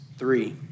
Three